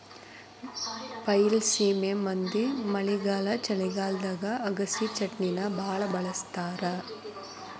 ಬೈಲಸೇಮಿ ಮಂದಿ ಮಳೆಗಾಲ ಚಳಿಗಾಲದಾಗ ಅಗಸಿಚಟ್ನಿನಾ ಬಾಳ ಬಳ್ಸತಾರ